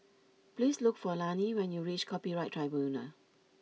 please look for Lani when you reach Copyright Tribunal